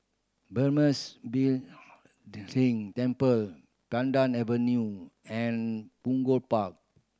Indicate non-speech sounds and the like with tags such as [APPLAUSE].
Burmese [UNINTELLIGIBLE] Temple Pandan Avenue and Punggol Park